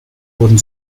wurden